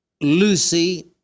Lucy